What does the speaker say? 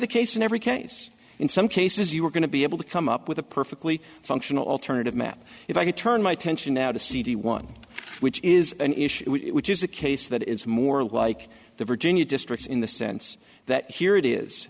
the case in every case in some cases you were going to be able to come up with a perfectly functional alternative matt if i could turn my attention now to cd one which is an issue which is a case that is more like the virginia districts in the sense that here it is